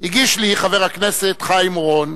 הגיש לי חבר הכנסת חיים אורון,